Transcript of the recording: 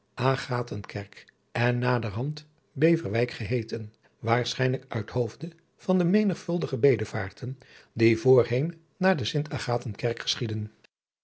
en naderhand beverwijk geheeten waarschijnlijk uit hoofde van de menigvuldige bedevaarten die voorheen naar de st agathenkerk